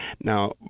Now